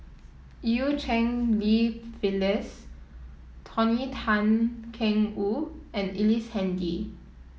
Eu Cheng Li Phyllis Tony Tan Keng Woo and Ellice Handy